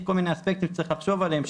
יש כל מיני אספקטים שצריך לחשוב עליהם,